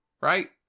right